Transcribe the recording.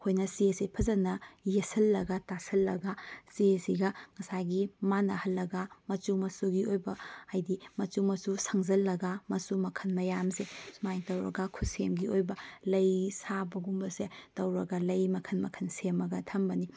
ꯑꯩꯈꯣꯏꯅ ꯆꯦꯁꯦ ꯐꯖꯅ ꯌꯦꯠꯁꯜꯂꯒ ꯇꯥꯁꯜꯂꯒ ꯆꯦꯁꯤꯒ ꯉꯁꯥꯏꯒꯤ ꯃꯥꯅꯍꯜꯂꯒ ꯃꯆꯨ ꯃꯆꯨꯒꯤ ꯑꯣꯏꯕ ꯍꯥꯏꯕꯗꯤ ꯃꯆꯨ ꯃꯆꯨ ꯁꯪꯖꯜꯂꯒ ꯃꯆꯨ ꯃꯈꯜ ꯃꯌꯥꯝꯁꯦ ꯁꯨꯃꯥꯏꯅ ꯇꯧꯔꯒ ꯈꯨꯠꯁꯦꯝꯒꯤ ꯑꯣꯕ ꯂꯩ ꯁꯥꯕꯒꯨꯝꯕꯁꯦ ꯇꯧꯔꯒ ꯂꯩ ꯃꯈꯜ ꯃꯈꯜ ꯁꯦꯝꯃꯒ ꯊꯝꯕꯅꯤ